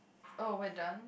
oh we're done